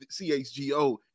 CHGO